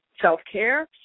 self-care